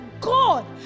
God